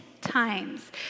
times